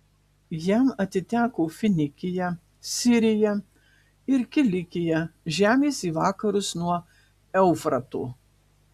jam atiteko finikija sirija ir kilikija žemės į vakarus nuo eufrato